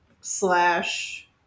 slash